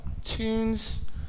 tunes